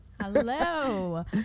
Hello